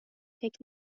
تکنیک